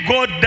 God